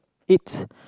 it